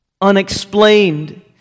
unexplained